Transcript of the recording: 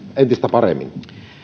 entistä paremmin